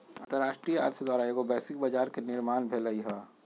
अंतरराष्ट्रीय अर्थ द्वारा एगो वैश्विक बजार के निर्माण भेलइ ह